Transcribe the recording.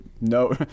No